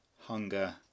hunger